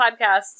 Podcasts